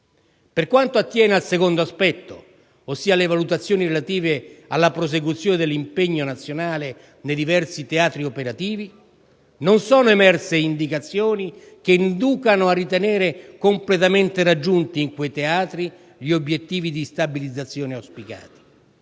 Per quanto attiene al secondo aspetto, ossia alle valutazioni relative alla prosecuzione dell'impegno nazionale nei diversi teatri operativi, non sono emerse indicazioni che inducano a ritenere completamente raggiunti, in quei teatri, gli obiettivi di stabilizzazione auspicati.